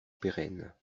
pérenne